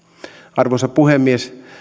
arvoisa puhemies